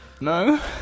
No